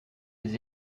des